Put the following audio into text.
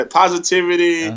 positivity